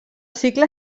cicle